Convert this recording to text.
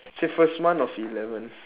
say first month of eleven